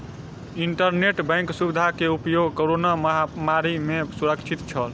internet bank सुविधा के उपयोग कोरोना महामारी में सुरक्षित छल